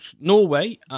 Norway